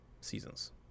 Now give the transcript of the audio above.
seasons